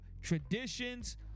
traditions